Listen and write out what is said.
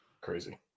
Crazy